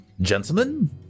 Gentlemen